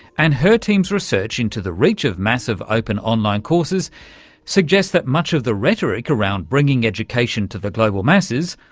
and her team's research into the reach of massive open online courses suggests that much of the rhetoric around bringing education to the global masses,